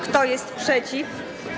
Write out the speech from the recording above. Kto jest przeciw?